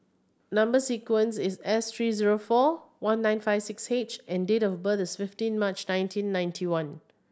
number sequence is S three zero four one nine five six H and date of birth is fifteen March nineteen ninety one